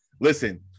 Listen